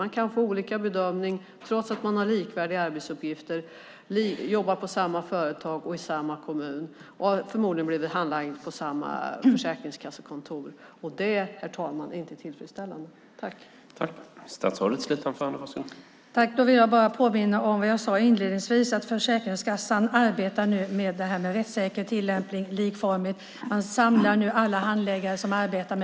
Man kan få olika bedömning trots att man har liknande arbetsuppgifter, jobbar på samma företag och i samma kommun och förmodligen har blivit handlagd på samma försäkringskassekontor, och det är inte tillfredsställande, herr talman.